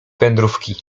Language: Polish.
wędrówki